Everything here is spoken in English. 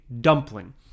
dumpling